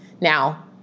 Now